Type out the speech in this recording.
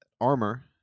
Armor